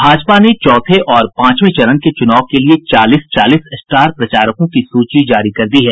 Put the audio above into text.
भाजपा ने चौथे और पांचवे चरण के चुनाव के लिए चालीस चालीस स्टार प्रचारकों की सूची जारी कर दी है